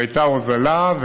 והייתה הוזלה.